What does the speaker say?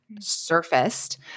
surfaced